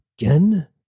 Again